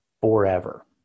forever